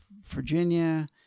Virginia